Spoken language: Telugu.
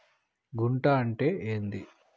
గుంట అంటే ఏంది?